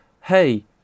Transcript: hey